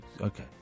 Okay